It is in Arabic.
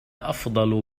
أفضل